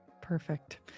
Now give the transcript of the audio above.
perfect